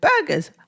burgers